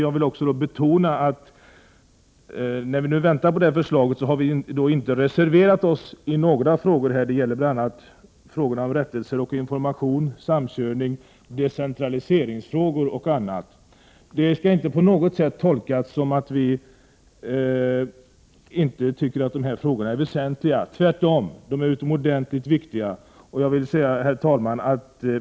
Jag vill också betona att eftersom vi väntar på dessa förslag, har vi inte reserverat oss i några frågor. Det gäller bl.a. frågor om rättelser, information, samkörning, decentralisering och annat. Det skall inte på något sätt tolkas som att vi inte tycker att dessa frågor är väsentliga — tvärtom, de är utomordentligt viktiga. Herr talman!